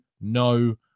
no